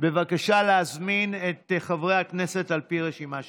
בבקשה להזמין את חברי הכנסת על פי רשימה שמית.